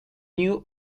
new